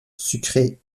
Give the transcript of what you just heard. sucrée